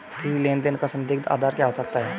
किसी लेन देन का संदिग्ध का आधार क्या हो सकता है?